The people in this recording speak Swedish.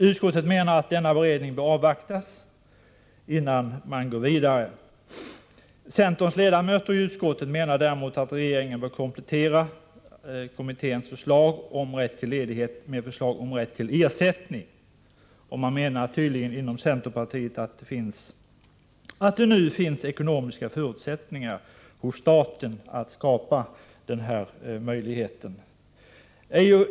Utskottet menar att denna beredning bör avvaktas innan man går vidare. Centerns ledamöter i utskottet tycker däremot att regeringen bör komplettera kommitténs förslag om rätt till ledighet med förslag om rätt till ersättning. Man menar tydligen inom centerpartiet att det nu finns ekonomiska förutsättningar för staten att skapa denna möjlighet.